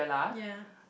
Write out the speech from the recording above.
ya